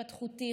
התפתחותי,